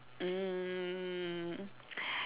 um